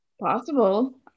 possible